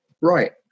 Right